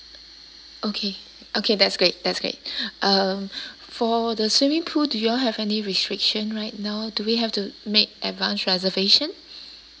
okay okay that's great that's great uh for the swimming pool do you all have any restriction right now do we have to make advance reservations